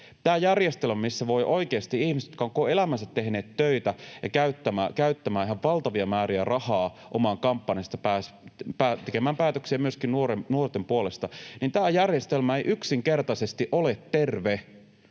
Tämä järjestelmä, missä oikeasti ihmiset, jotka ovat koko elämänsä tehneet töitä, voivat käyttää ihan valtavia määriä rahaa omaan kampanjaansa, niin että he pääsevät tekemään päätöksiä myöskin nuorten puolesta, ei yksinkertaisesti ole terve.